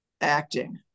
acting